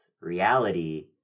reality